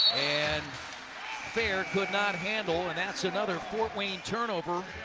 and fair could not handle, and that's another fort wayne turnover,